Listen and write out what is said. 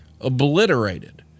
obliterated